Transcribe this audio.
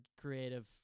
creative